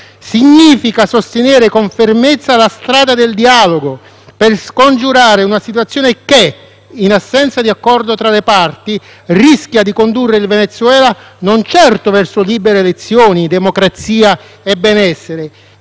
significa sostenere con fermezza la strada del dialogo, per scongiurare una situazione che, in assenza di accordo tra le parti, rischia di condurre il Venezuela non certo verso libere elezioni, democrazia e benessere,